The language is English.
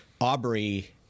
Aubrey